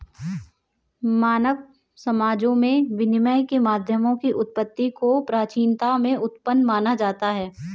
मानव समाजों में विनिमय के माध्यमों की उत्पत्ति को प्राचीनता में उत्पन्न माना जाता है